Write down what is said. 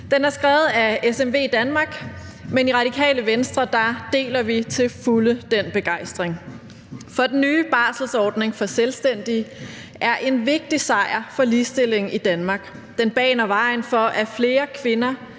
Den er skrevet af SMVdanmark, men i Radikale Venstre deler vi til fulde den begejstring. For den nye barselsordning for selvstændige er en vigtig sejr for ligestilling i Danmark. Den baner vejen for, at flere kvinder